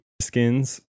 skins